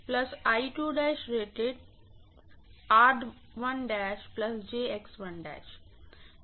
यह कुल ड्राप है